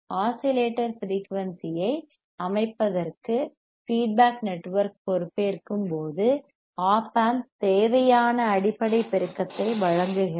oscillator frequency ஐ அமைப்பதற்கு feedback network பொறுப்பேற்கும்போது ஒப் ஆம்ப் தேவையான அடிப்படை பெருக்கத்தை வழங்குகிறது